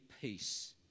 peace